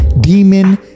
demon